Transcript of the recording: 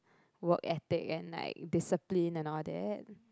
work ethic and like discipline and all that